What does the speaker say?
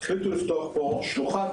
החליטו לפתוח פה שלוחה,